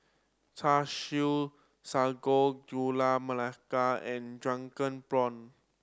Char Siu Sago Gula Melaka and drunken prawn